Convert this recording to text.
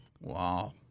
Wow